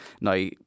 Now